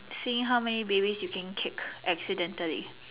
seeing how many babies you can kick accidentally